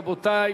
רבותי,